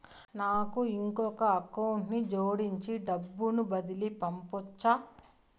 నాకు ఇంకొక అకౌంట్ ని జోడించి డబ్బును బదిలీ పంపొచ్చా?